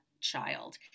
child